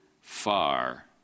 far